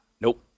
Nope